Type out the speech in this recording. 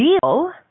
deal